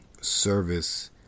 service